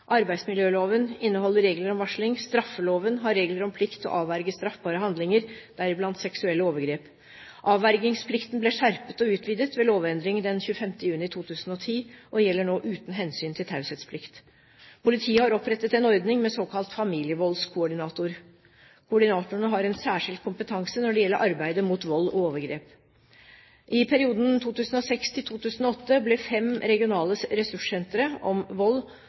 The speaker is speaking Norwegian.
Arbeidsmiljøloven inneholder regler om varsling. Straffeloven har regler om plikt til å avverge straffbare handlinger, deriblant seksuelle overgrep. Avvergingsplikten ble skjerpet og utvidet ved lovendring den 25. juni 2010 og gjelder nå uten hensyn til taushetsplikt. Politiet har opprettet en ordning med såkalte familievoldskoordinatorer. Koordinatorene har en særskilt kompetanse når det gjelder arbeidet mot vold og overgrep. I perioden 2006–2008 ble fem regionale ressurssentre om vold,